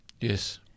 Yes